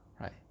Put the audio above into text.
right